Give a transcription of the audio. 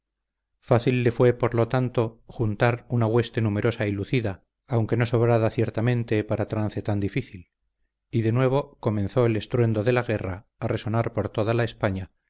fácil le fue por lo tanto juntar una hueste numerosa y lucida aunque no sobrada ciertamente para trance tan difícil y de nuevo comenzó el estruendo de la guerra a resonar por toda la españa